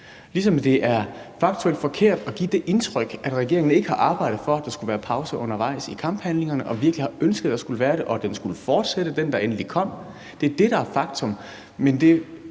måde er det faktuelt forkert at give det indtryk, at regeringen ikke har arbejdet for, at der skulle være pause undervejs i kamphandlingerne, for vi har virkelig ønsket, at den skulle være der, og at den, der endelig kom, skulle fortsætte. Det er det, der er fakta.